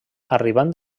arribant